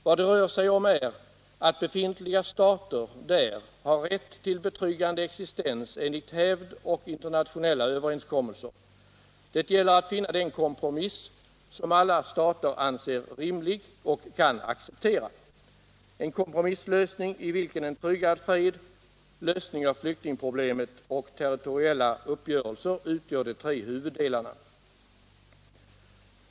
Vad det rör sig om är att befintliga stater där har rätt till betryggande existens enligt hävd och internationella överenskommelser. Det gäller att finna den kompromiss som alla stater anser rimlig och kan acceptera - en kompromisslösning i vilken en tryggad fred, lösning av flyktingproblemet och territoriella uppgörelser utgör de tre huvuddelarna.